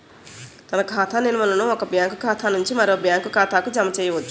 తన ఖాతా నిల్వలను ఒక బ్యాంకు ఖాతా నుంచి మరో బ్యాంక్ ఖాతాకు జమ చేయవచ్చు